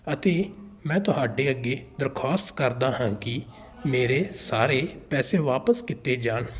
ਅਤੇ ਮੈਂ ਤੁਹਾਡੇ ਅੱਗੇ ਦਰਖਾਸਤ ਕਰਦਾ ਹਾਂ ਕਿ ਮੇਰੇ ਸਾਰੇ ਪੈਸੇ ਵਾਪਸ ਕੀਤੇ ਜਾਣ